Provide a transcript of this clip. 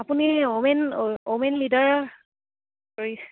আপুনি women women leader